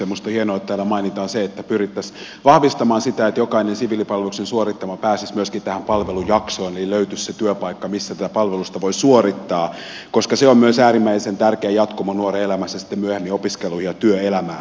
minusta on hienoa että täällä mainitaan se että pyrittäisiin vahvistamaan sitä että jokainen siviilipalveluksen suorittava pääsisi myöskin tähän palvelujaksoon eli löytyisi se työpaikka missä tätä palvelusta voi suorittaa koska se on myös äärimmäisen tärkeä jatkumo nuoren elämässä sitten myöhemmin opiskelu ja työelämään